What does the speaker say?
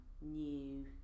new